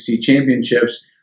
championships